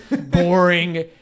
boring